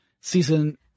season